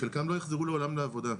חלקם לא יחזרו לעולם לעבודה.